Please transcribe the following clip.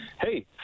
hey